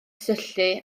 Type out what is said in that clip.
syllu